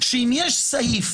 שאם יש סעיף